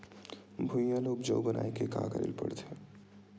भुइयां ल उपजाऊ बनाये का करे ल पड़ही?